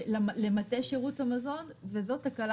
אגב, ביצים הוחרגו.